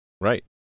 Right